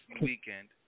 weekend